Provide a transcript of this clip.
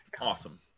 Awesome